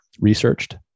researched